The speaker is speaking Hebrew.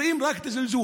רואים רק זלזול.